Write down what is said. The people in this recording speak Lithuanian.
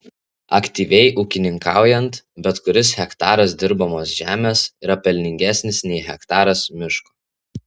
aktyviai ūkininkaujant bet kuris hektaras dirbamos žemės yra pelningesnis nei hektaras miško